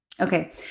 Okay